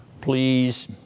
please